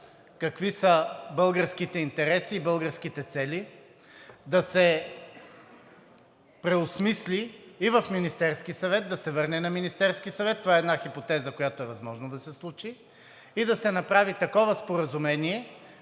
наистина са българските интереси, българските цели; да се преосмисли и в Министерския съвет – да се върне на Министерския съвет. Това е една хипотеза, която е възможно да се случи и да се направи такова споразумение,